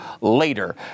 later